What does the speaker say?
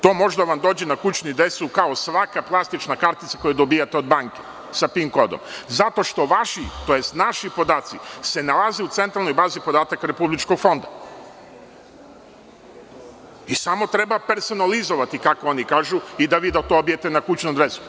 To može da vam dođe na kućnu adresu, kao i svaka plastična kartica koju dobijate od banke sa tim kodom, zato što vaši, tj. naši podaci se nalaze u Centralnoj bazi podataka Republičkog fonda i samo treba personalizovati, kako oni kažu, i da vi to dobijete na kućnu adresu.